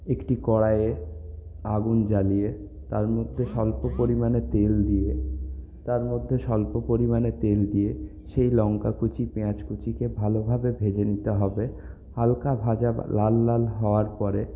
একটি কড়াইয়ে আগুন জ্বালিয়ে তার মধ্যে স্বল্প পরিমাণে তেল দিয়ে তার মধ্যে স্বল্প পরিমাণে তেল দিয়ে সেই লঙ্কা কুচি পেঁয়াজ কুচিকে ভালোভাবে ভেজে নিতে হবে হালকা ভাজা লাল লাল হওয়ার পরে